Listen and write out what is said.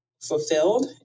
fulfilled